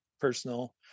personal